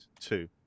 two